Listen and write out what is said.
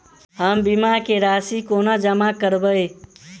हम बीमा केँ राशि कोना जमा करबै?